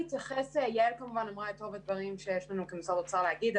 יעל אמרה את רוב הדברים שיש לנו כמשרד האוצר להגיד,